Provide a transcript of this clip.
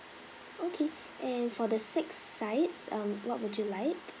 okay and for the six sides um what would you like